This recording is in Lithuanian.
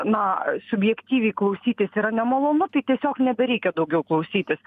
na subjektyviai klausytis yra nemalonu tai tiesiog nebereikia daugiau klausytis